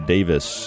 Davis